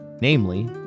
Namely